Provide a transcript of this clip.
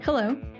Hello